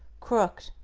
crooked,